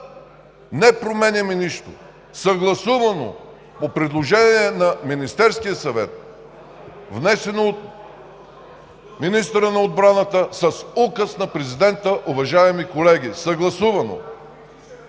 Не променяме нищо! Съгласувано, по предложение на Министерския съвет, внесено от министъра на отбраната, с указ на Президента, уважаеми колеги! Съгласувано!